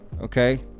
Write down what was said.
okay